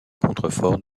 contreforts